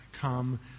come